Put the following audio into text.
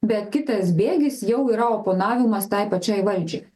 bet kitas bėgis jau yra oponavimas tai pačiai valdžiai